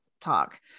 talk